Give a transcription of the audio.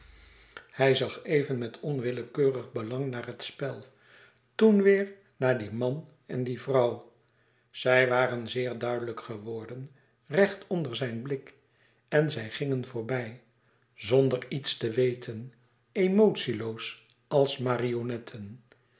hij zag even met onwillekeurig belang naar het spel toen weêr naar dien man en die vrouw zij waren zeer duidelijk geworden recht onder zijn blik en zij gingen voorbij zonder iets te weten emotieloos als